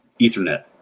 ethernet